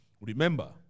Remember